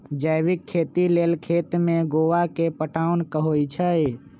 जैविक खेती लेल खेत में गोआ के पटाओंन होई छै